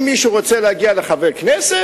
אם מישהו צריך להגיע לחבר כנסת,